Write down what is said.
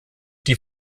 die